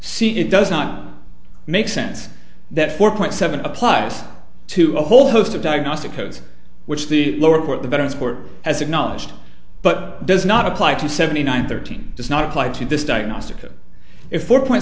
see it does not make sense that four point seven applies to a whole host of diagnostic codes which the lower court the veterans court has acknowledged but does not apply to seventy nine thirteen does not apply to this diagnostic if four point